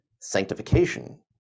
sanctification